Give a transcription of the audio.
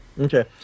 Okay